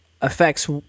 affects